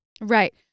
Right